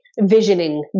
visioning